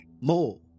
more